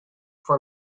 for